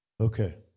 Okay